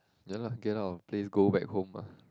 ya lah get out of place go back home ah